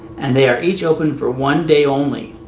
and they are each open for one day only.